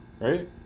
right